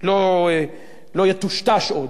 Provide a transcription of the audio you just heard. לא יטושטש עוד.